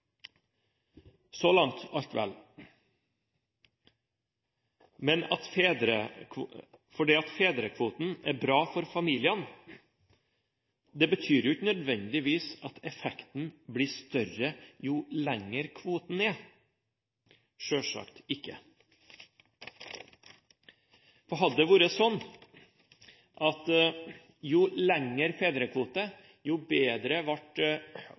Så langt alt vel. Men det at fedrekvoten er bra for familien, betyr ikke nødvendigvis at effekten blir større jo lengre kvoten er. Selvsagt ikke. Hadde det vært sånn at jo lengre fedrekvote, jo bedre ble